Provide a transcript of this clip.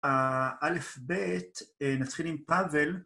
א', ב', נתחיל עם פאבל.